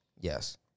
Yes